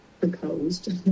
proposed